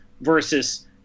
versus